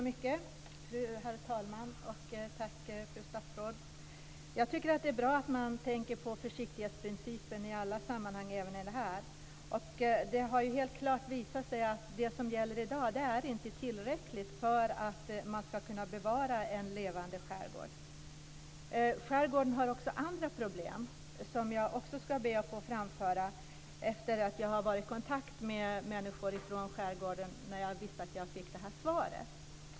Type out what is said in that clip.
Herr talman! Jag tycker att det är bra att man tänker på försiktighetsprincipen även i det här sammanhanget. Det har helt klart visat sig att det som gäller i dag inte är tillräckligt för att man ska kunna bevara en levande skärgård. Skärgården har också andra problem som jag vill ta upp, eftersom jag har varit i kontakt med människor i skärgården i samband med att jag skulle få det här svaret.